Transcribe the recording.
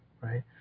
right